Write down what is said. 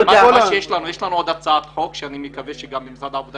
יש לנו עוד הצעת חוק שאני מקווה שתילמד על ידי משרד העבודה